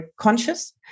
conscious